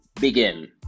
begin